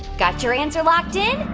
got your answer locked in.